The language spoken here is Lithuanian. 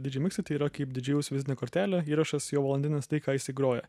didžėj miksai tai yra kaip didžėjaus vizinė kortelė įrašas jo valandinis tai ką jisai groja